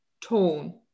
tone